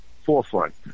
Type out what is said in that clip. forefront